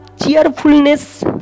cheerfulness